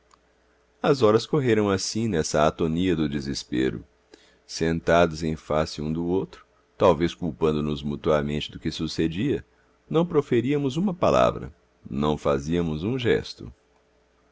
as horas correram assim nessa atonia do desespero sentidos em face um do outro talvez culpando nos mutuamente do que sucedia não proferíamos uma palavra não fazíamos um gesto